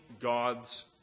God's